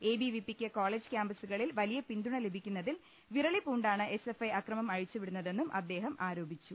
എബിവിപിക്ക് college ക്യാമ്പസുകളിൽ വലിയ പിന്തുണ ലഭി ക്കുന്നതിൽ വിറളി പൂണ്ടാണ് എസ്എഫ്ഐ അക്രമം അഴിച്ചുവി ടുന്നതെന്നും അദ്ദേഹം ആരോപിച്ചു